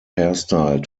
hairstyle